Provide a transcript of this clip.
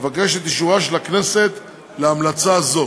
אבקש את אישורה של הכנסת להמלצה זו.